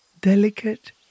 delicate